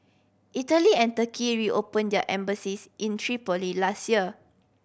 Italy and Turkey reopen their embassies in Tripoli last year